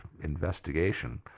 investigation